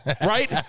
right